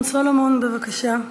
חבר הכנסת שמעון סולומון, בבקשה.